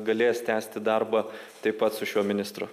galės tęsti darbą taip pat su šiuo ministru